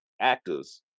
actors